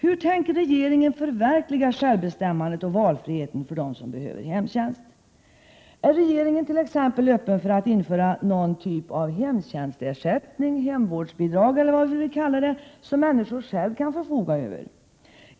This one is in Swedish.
Hur tänker regeringen förverkliga självbestämmandet och valfriheten för dem som behöver hemtjänst? Är regeringen t.ex. öppen för att införa någon typ av hemtjänstersättning, hemvårdsbidrag eller vad vi vill kalla det som människor själva kan förfoga över?